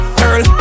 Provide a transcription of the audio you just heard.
girl